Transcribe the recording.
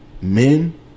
men